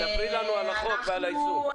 ספרי לנו על החוק ועל היישום.